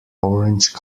orange